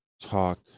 talk